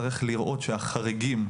צריך לראות שהחריגים,